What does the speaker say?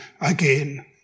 again